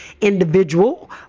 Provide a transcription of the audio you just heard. individual